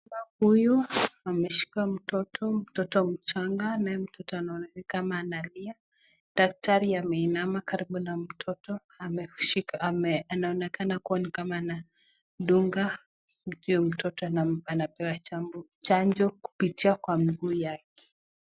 Huyu ameshika mtoto, mtoto mchanga ambaye mtoto anaonekana analia. Daktari ameinama karibu na mtoto anaonekana ni kua ni kama anamdunga, huyu mtoto anapewa chanjo kupitia kwa mguu yake